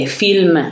film